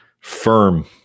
Firm